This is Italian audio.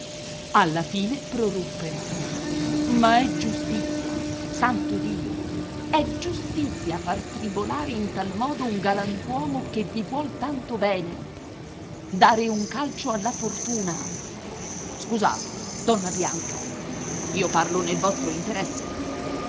alla fine proruppe ma è giustizia santo dio è giustizia far tribolare in tal modo un galantuomo che vi vuol tanto bene dare un calcio alla fortuna scusatemi donna bianca io parlo nel vostro interesse